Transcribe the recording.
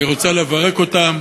אני רוצה לברך אותם